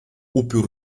upiór